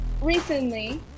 recently